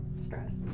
stress